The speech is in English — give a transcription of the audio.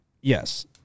yes